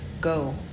go